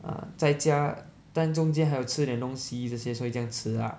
ah 在家但中间还有吃点东西这些所以这样迟 lah